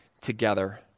together